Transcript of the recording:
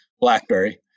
BlackBerry